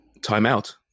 timeout